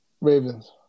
Ravens